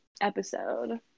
episode